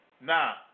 Now